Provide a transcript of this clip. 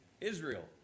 israel